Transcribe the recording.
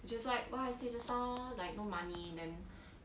which is like what I said just now loh like no money then